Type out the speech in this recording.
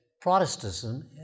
Protestantism